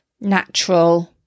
natural